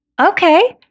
Okay